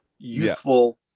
youthful